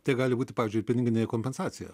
tai gali būti pavyzdžiui ir piniginė kompensacija